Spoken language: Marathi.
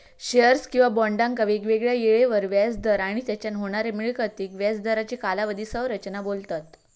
शेअर्स किंवा बॉन्डका वेगवेगळ्या येळेवर व्याज दर आणि तेच्यान होणाऱ्या मिळकतीक व्याज दरांची कालावधी संरचना बोलतत